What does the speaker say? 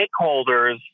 stakeholders